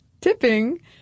Tipping